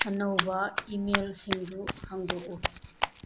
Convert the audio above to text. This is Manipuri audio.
ꯑꯅꯧꯕ ꯏꯃꯦꯜꯁꯤꯡꯗꯨ ꯍꯥꯡꯗꯣꯛꯎ